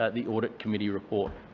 the audit committee report.